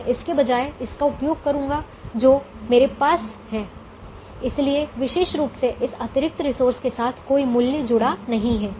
मैं इसके बजाय इसका उपयोग करूंगा जो मेरे पास है इसलिए विशेष रूप से इस अतिरिक्त रिसोर्स के साथ कोई मूल्य जुड़ा नहीं है